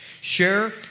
Share